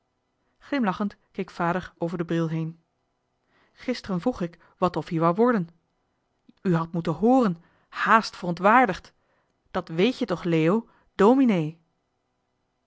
glimlachend keek vader over den bril heen gisteren vroeg ik wat of ie wou worden u hadt moeten hooren hààst verontwaardigd dat weet je toch leo dominee